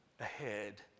ahead